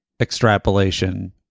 extrapolation